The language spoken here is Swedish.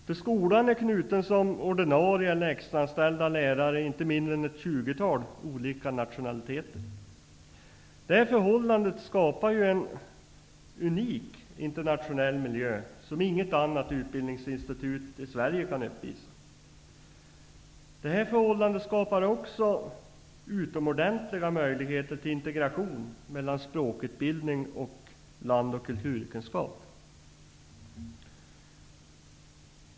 Till skolan är knuten som ordinarie eller extraanställda lärare personer av inte mindre än ett tjugotal olika nationaliteter. Det förhållandet skapar en unik internationell miljö som inget annat utbildningsinstitut i Sverige kan uppvisa. Det skapar också utomordentliga möjligheter till integration mellan språkutbildning och land och kulturkunskap.